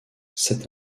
cet